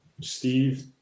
Steve